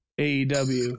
AEW